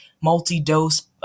multi-dose